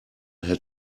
had